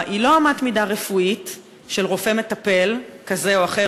היא לא אמת מידה רפואית של רופא מטפל כזה או אחר,